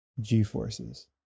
g-forces